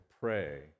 pray